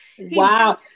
Wow